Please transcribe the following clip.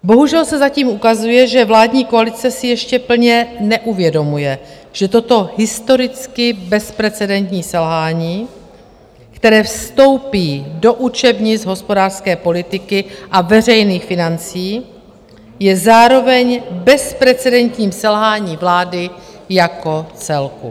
Bohužel se zatím ukazuje, že vládní koalice si ještě plně neuvědomuje, že toto historicky bezprecedentní selhání, které vstoupí do učebnic hospodářské politiky a veřejných financí, je zároveň bezprecedentním selháním vlády jako celku.